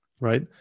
Right